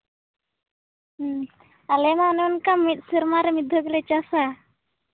ᱟᱞᱮ ᱦᱚᱸ ᱚᱱᱮ ᱚᱱᱠᱟ ᱢᱤᱫ ᱥᱮᱨᱢᱟ ᱨᱮ ᱢᱤᱫ ᱫᱷᱟᱣ ᱜᱮᱞᱮ ᱪᱟᱥᱼᱟ